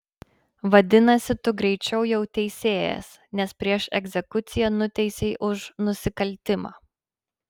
vadinasi tu greičiau jau teisėjas nes prieš egzekuciją nuteisei už nusikaltimą